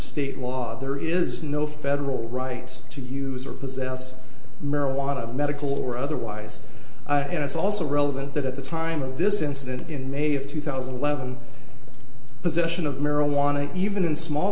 state law there is no federal right to use or possess marijuana of medical or otherwise and it's also relevant that at the time of this incident in may of two thousand and eleven possession of marijuana even in small